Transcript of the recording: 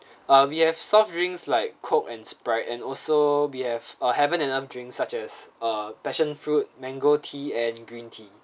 ah we have soft drinks like coke and sprite and also we have ah heaven and earth drinks such as uh passion fruit mango tea and green tea